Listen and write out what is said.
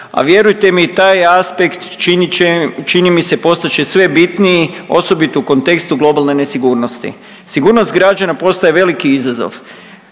a vjerujte mi i taj aspekt čini mi se postat će sve bitniji osobito u kontekstu globalne nesigurnosti. Sigurnost građana postaje veliki izazov